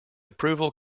approval